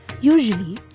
Usually